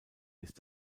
ist